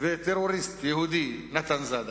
וטרוריסט יהודי, נתן זאדה,